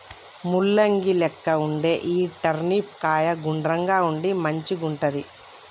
ముల్లంగి లెక్క వుండే ఈ టర్నిప్ కాయ గుండ్రంగా ఉండి మంచిగుంటది